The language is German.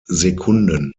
sekunden